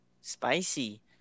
spicy